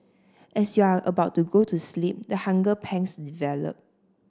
as you are about to go to sleep the hunger pangs develop